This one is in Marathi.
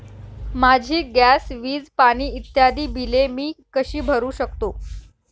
माझी गॅस, वीज, पाणी इत्यादि बिले मी कशी भरु शकतो?